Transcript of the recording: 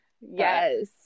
Yes